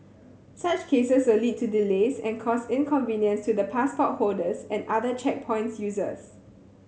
such cases a lead to delays and cause inconvenience to the passport holders and other checkpoints users